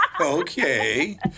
okay